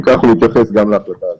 וכך הוא מתייחס גם להחלטה הזאת.